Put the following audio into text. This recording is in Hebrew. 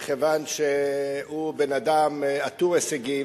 מכיוון שהוא בן-אדם עטור הישגים,